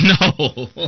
No